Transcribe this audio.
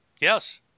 Yes